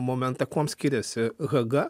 momentą kuom skiriasi haga